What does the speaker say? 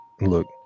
Look